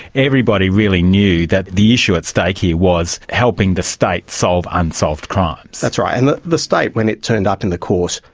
everybody really knew that the issue at stake here was helping the state solve unsolved crimes. that's right, and the the state, when it turned up in the court,